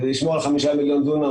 כדי לשמור על חמישה מיליון דונם,